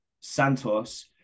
Santos